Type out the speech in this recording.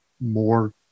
more